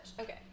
okay